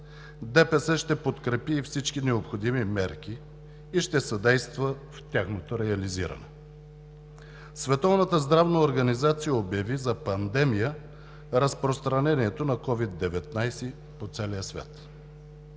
ще подкрепи всички необходими мерки и ще съдейства за тяхното реализиране. Световната здравна организация обяви за пандемия разпространението на COVID-19 по целия свят